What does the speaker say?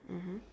mmhmm